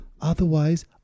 Otherwise